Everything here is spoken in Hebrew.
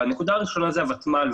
הנקודה הראשונה היא הוותמ"ל,